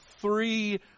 three